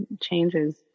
changes